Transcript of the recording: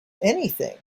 anything